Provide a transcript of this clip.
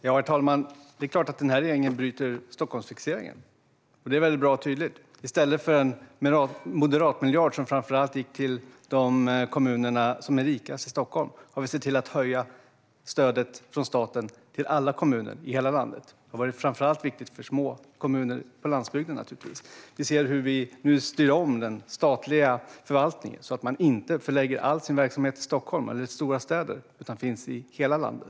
Herr talman! Det är klart att den här regeringen bryter Stockholmsfixeringen. Det är väldigt bra och tydligt: I stället för en moderatmiljard, som framför allt gick till de rikaste kommunerna i Stockholm, har vi sett till att höja stödet från staten till alla kommuner i hela landet. Det har naturligtvis framför allt varit viktigt för små kommuner på landsbygden. Vi ser också hur vi nu styr om den statliga förvaltningen så att man inte förlägger all sin verksamhet till Stockholm eller andra stora städer utan finns i hela landet.